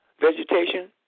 vegetation